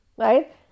right